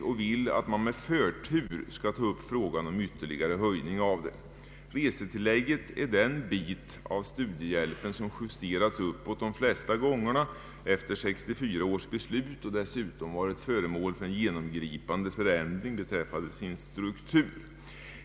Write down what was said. Reservanterna föreslår att frågan om ytterligare höjning av tillägget skall behandlas med förtur. Resetillägget är den bit av studiehjälpen som justerats uppåt de flesta gångerna efter 1964 års beslut. Det har dessutom varit föremål för en genomgripande förändring beträffande sin struktur.